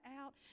out